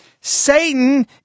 Satan